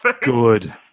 Good